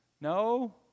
No